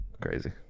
Crazy